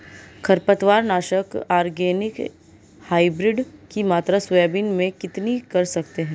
खरपतवार नाशक organic hybrid की मात्रा सोयाबीन में कितनी कर सकते हैं?